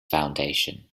foundation